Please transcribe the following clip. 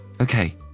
Okay